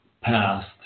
past